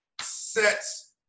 sets